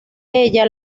ella